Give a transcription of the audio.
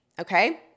Okay